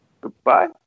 Goodbye